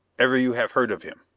ever you have heard of him?